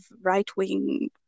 right-wing